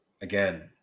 Again